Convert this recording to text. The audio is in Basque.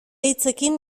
hitzekin